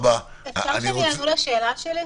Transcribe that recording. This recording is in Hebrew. אפשר לענות על השאלה שלי?